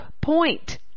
point